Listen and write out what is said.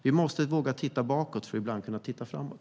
Vi måste våga titta bakåt för att ibland kunna titta framåt.